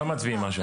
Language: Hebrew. אבל הצבעתם?